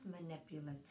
manipulative